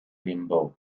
rimbauda